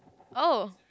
oh